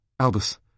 Albus